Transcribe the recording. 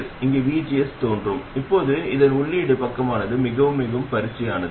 எனவே இந்த io gmvgs தவிர வேறொன்றுமில்லை அது RD மற்றும் RL இன் இணையான கலவையில் செல்கிறது